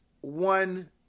one